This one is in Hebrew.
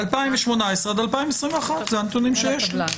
2018 עד 2021. אלה הנתונים שיש לי.